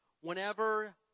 whenever